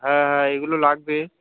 হ্যাঁ হ্যাঁ এগুলো লাগবে